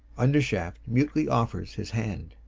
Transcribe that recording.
undershaft mutely offers his hand.